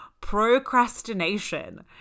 procrastination